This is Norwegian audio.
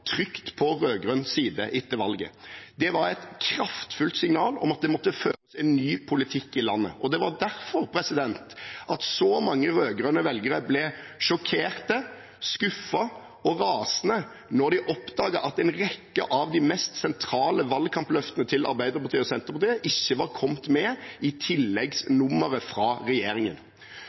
trygt på rød-grønn side etter valget. Det var et kraftfullt signal om at det måtte føres en ny politikk i landet. Det var derfor så mange rød-grønne velgere ble sjokkert, skuffet og rasende da de oppdaget at en rekke av de mest sentrale valgkampløftene til Arbeiderpartiet og Senterpartiet ikke var kommet med i tilleggsnummeret fra regjeringen.